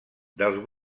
dels